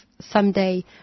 someday